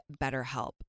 BetterHelp